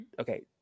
okay